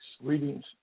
readings